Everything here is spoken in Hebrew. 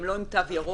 הם לא עם תו ירוק,